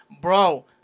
Bro